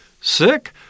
sick